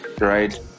right